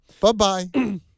Bye-bye